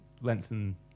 Lengthen